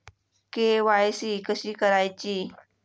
KYC कशी करायची?